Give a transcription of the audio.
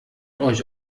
euch